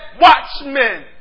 watchmen